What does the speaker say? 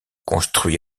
construit